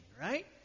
right